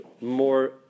more